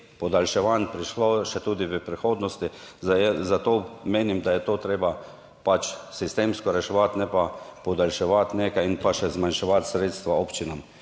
podaljševanj prišlo še tudi v prihodnosti, zato menim, da je to treba pač sistemsko reševati, ne pa podaljševati nekaj in pa še zmanjševati sredstva občinam,